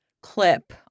clip